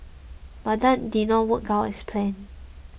but that did not work out as planned